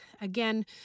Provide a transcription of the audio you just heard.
again